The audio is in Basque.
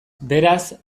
beraz